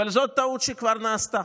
זאת טעות שכבר נעשתה,